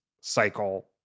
cycle